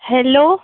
hello